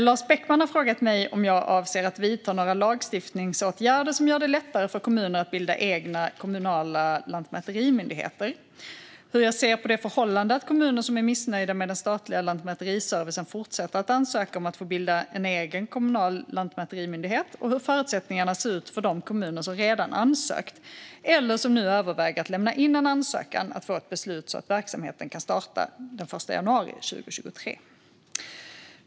Lars Beckman har frågat mig om jag avser att vidta några lagstiftningsåtgärder som gör det lättare för kommuner att bilda egna kommunala lantmäterimyndigheter, hur jag ser på det förhållandet att kommuner som är missnöjda med den statliga lantmäteriservicen fortsätter att ansöka om att få bilda en egen kommunal lantmäterimyndighet och hur förutsättningarna ser ut för de kommuner som redan ansökt eller som nu överväger att lämna in en ansökan att få ett beslut så att verksamheten kan starta den 1 januari 2023.